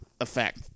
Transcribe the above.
effect